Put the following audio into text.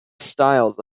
stiles